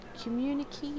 communicate